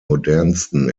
modernsten